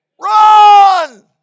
run